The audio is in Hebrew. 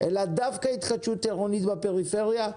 אלא דווקא התחדשות עירונית בפריפריה.